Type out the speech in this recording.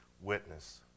witness